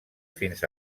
fins